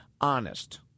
honest